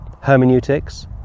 hermeneutics